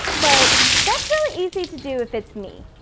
but that's really easy to do if it's me.